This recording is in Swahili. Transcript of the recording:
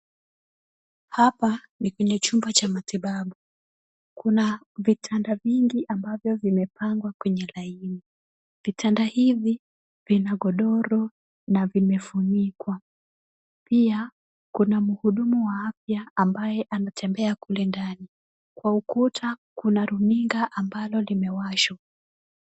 Hapa ni kwenye chumba cha matibabu. Kuna vitanda vingi ambavyo vimepangwa kwenye line . Vitanda hivi vina godoro na vimefunikwa. Pia, kuna mhudumu wa afya ambaye anatembea kule ndani. Kwa ukuta kuna runinga ambayo imewashwa.